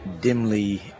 dimly